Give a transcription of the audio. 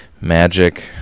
magic